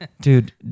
dude